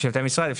שירותי משרד?